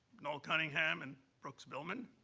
noel cunningham and brookes billman,